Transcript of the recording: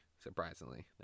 surprisingly